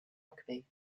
rugby